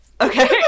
Okay